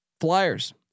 Flyers